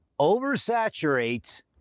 oversaturate